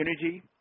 energy